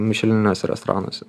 mišelininiuose restoranuose